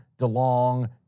DeLong